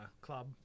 club